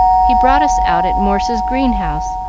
he brought us out at morse's greenhouse.